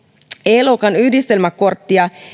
e luokan yhdistelmäkorttia